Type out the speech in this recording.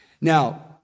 Now